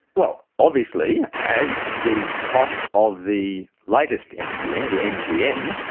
well, obviously as the costs of the latest nbn, the mtm,